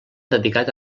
dedicat